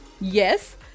Yes